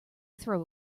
throw